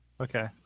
Okay